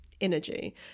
energy